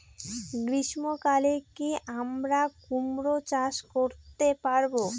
গ্রীষ্ম কালে কি আমরা কুমরো চাষ করতে পারবো?